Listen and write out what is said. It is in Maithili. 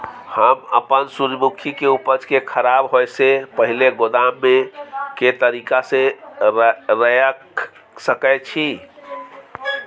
हम अपन सूर्यमुखी के उपज के खराब होयसे पहिले गोदाम में के तरीका से रयख सके छी?